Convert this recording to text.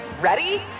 Ready